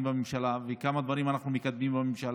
בממשלה וכמה דברים אנחנו מקדמים בממשלה.